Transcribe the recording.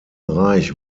reich